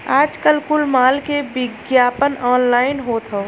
आजकल कुल माल के विग्यापन ऑनलाइन होत हौ